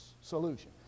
solution